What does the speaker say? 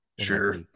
sure